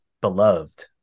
Beloved